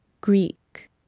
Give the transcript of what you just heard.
Greek